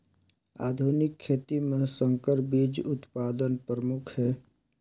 आधुनिक खेती म संकर बीज उत्पादन प्रमुख हे